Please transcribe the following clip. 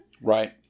Right